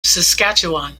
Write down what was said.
saskatchewan